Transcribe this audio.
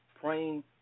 praying